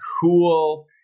cool